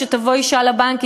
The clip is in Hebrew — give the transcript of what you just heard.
כשתבוא אישה לבנק,